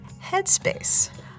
Headspace